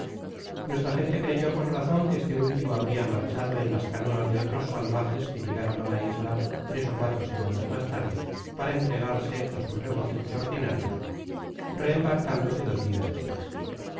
nuestra gente creyo con razon qoe este último habria marchado eh las conoas de otros salvajes que llegaron á la isla tres ó cuatro semaftas mas tarde para entregarse á sai regocijos ordinarios reembarcándosa dos dias despues